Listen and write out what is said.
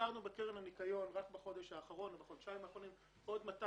אישרנו בקרן הניקיון בחודש האחרון או בחודשיים האחרונים עוד 200